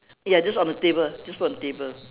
ya just on the table just put on the table